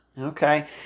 Okay